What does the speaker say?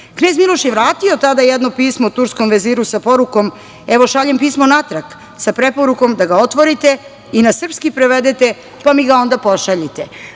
Knez Miloš je vratio tada jedno pismo turskom veziru sa porukom – evo šaljem pismo natrag sa preporukom da ga otvorite i na srpski prevedete, pa mi ga onda pošaljite. Rešeni